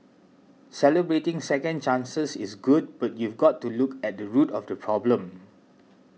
celebrating second chances is good but you've got to look at the root of the problem